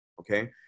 okay